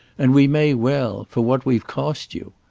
and we may well for what we've cost you.